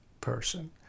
person